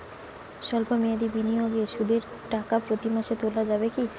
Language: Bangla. সল্প মেয়াদি বিনিয়োগে সুদের টাকা প্রতি মাসে তোলা যাবে কি?